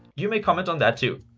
you may comment on that too!